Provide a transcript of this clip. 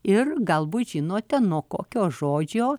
ir galbūt žinote nuo kokio žodžio